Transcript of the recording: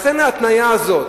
לכן ההתניה הזאת,